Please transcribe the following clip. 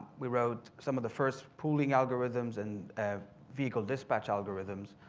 we wrote some of the first pooling algorithms and vehicle dispatch algorithms